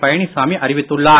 பழனிசாமி அறிவித்துள்ளார்